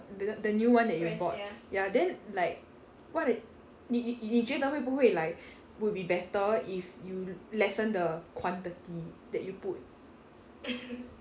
the the new one that you bought ya then like what 你你你觉得会不会 like would be better if you lessen the quantity that you put